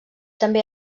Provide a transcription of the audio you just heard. també